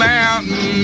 Mountain